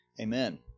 Amen